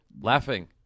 laughing